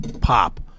pop